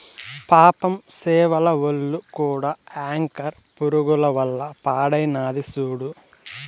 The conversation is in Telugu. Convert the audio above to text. పాపం సేపల ఒల్లు కూడా యాంకర్ పురుగుల వల్ల పాడైనాది సూడు